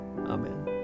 Amen